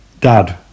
Dad